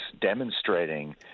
demonstrating